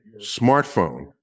smartphone